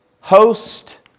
host